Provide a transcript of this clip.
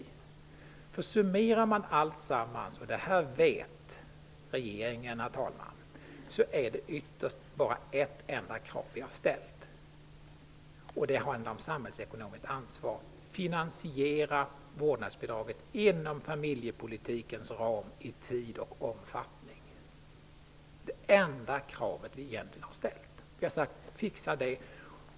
Om man summerar alltsammans -- det vet regeringen, herr talman -- har vi ytterst bara ställt ett enda krav. Det handlar om samhällsekonomiskt ansvar. Finansiera vårdnadsbidraget inom familjepolitikens ram i tid och i rätt omfattning! Det är egentligen det enda krav vi har ställt. Vi har sagt: Fixa det!